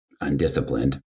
undisciplined